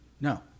no